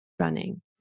running